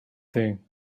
thing